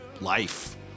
life